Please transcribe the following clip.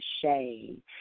shame